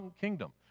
kingdom